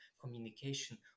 communication